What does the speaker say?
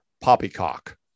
poppycock